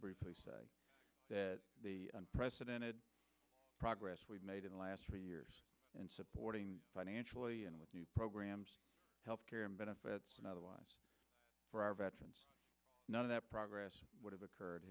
briefly say that the unprecedented progress we've made in the last three years and supporting financially and with new programs health care and benefits for our veterans none of that progress would have occurred